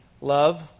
love